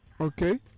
Okay